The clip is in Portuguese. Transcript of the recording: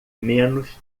menos